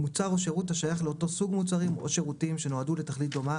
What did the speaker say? מוצר או שירות השייך לאותו סוג מוצרים או שירותים שנועדו לתכלית דומה,